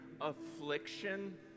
affliction